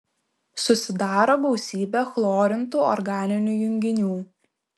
susidaro gausybė chlorintų organinių junginių